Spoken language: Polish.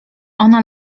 ona